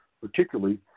particularly